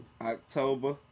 October